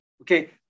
Okay